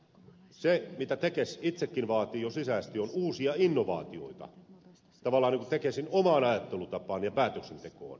se mitä tekes itsekin vaatii jo sisäisesti on uusia innovaatioita tavallaan tekesin omaan ajattelutapaan ja päätöksentekoon